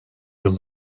yıl